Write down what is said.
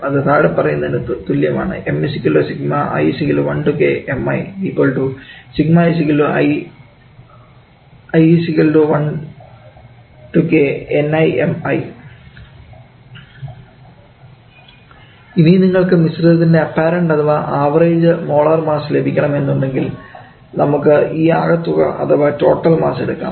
അത് താഴെ പറയുന്നതിന് തുല്യമാണ് ഇനി നിങ്ങൾക്ക് മിശ്രിതത്തിൻറെ അപ്പാരൻറ് അഥവാ ആവറേജ് മോളാർ മാസ്സ് ലഭിക്കണം എന്നുണ്ടെങ്കിൽ നമുക്ക് ഈ ആകെത്തുക അഥവാ ടോട്ടൽ മാസ്സ് എടുക്കാം